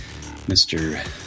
Mr